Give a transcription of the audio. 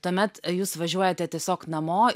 tuomet jūs važiuojate tiesiog namo